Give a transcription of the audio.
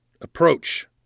approach